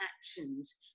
actions